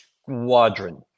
Squadron